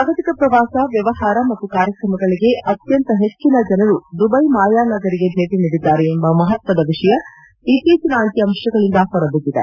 ಜಾಗತಿಕ ಪ್ರವಾಸ ವ್ಲವಹಾರ ಮತ್ತು ಕಾರ್ಯಕ್ರಮಗಳಿಗೆ ಅತ್ಯಂತ ಹೆಚ್ಚಿನ ಜನರು ದುಬ್ಳೆ ಮಾಯಾನಗರಿಗೆ ಭೇಟ ನೀಡಿದ್ದಾರೆ ಎಂಬ ಮಹತ್ವದ ವಿಷಯ ಇತ್ತೀಚಿನ ಅಂಕಿ ಅಂಶಗಳಿಂದ ಹೊರ ಬಿದ್ದಿದೆ